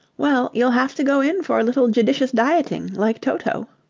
well, you'll have to go in for a little judicious dieting, like toto.